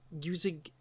using